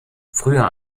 früher